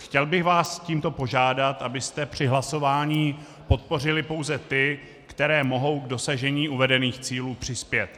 Chtěl bych vás tímto požádat, abyste při hlasování podpořili pouze ty, které mohou k dosažení uvedených cílů přispět.